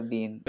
Bean